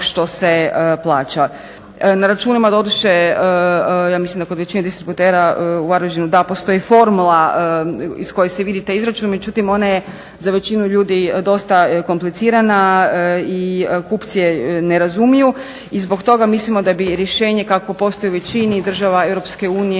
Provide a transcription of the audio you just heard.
Na računima doduše ja mislim da kod većine distributera u Varaždinu da postoji formula iz koje se vidi taj izračun, međutim ona je za većinu ljudi dosta komplicirana i kupci je ne razumiju. I zbog toga mislimo da bi rješenje kakvo postoji u većini država EU,